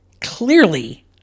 clearly